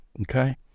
Okay